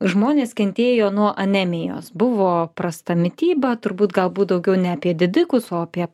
žmonės kentėjo nuo anemijos buvo prasta mityba turbūt galbūt daugiau ne apie didikus o apie